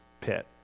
pit